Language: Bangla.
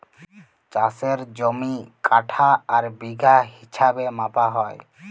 চাষের জমি কাঠা আর বিঘা হিছাবে মাপা হ্যয়